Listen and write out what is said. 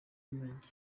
menge